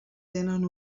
tenen